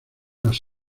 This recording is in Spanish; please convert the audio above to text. las